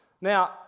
Now